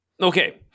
okay